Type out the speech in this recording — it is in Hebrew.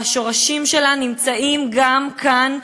והשורשים שלה נמצאים גם כאן,